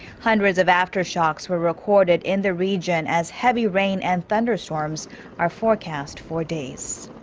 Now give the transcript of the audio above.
hundreds of aftershocks were recorded in the region, as heavy rain and thunderstorms are forecast for days.